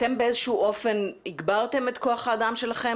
האם אתם באיזשהו אופן הגברתם את כוח האדם שלכם